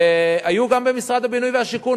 היו גם במשרד הבינוי והשיכון,